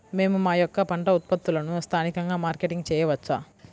మేము మా యొక్క పంట ఉత్పత్తులని స్థానికంగా మార్కెటింగ్ చేయవచ్చా?